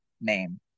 name